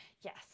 yes